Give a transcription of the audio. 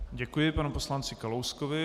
Děkuji panu poslanci Kalouskovi.